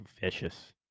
vicious